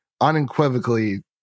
unequivocally